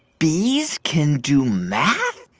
bees can do math?